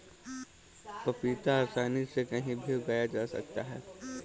पपीता आसानी से कहीं भी उगाया जा सकता है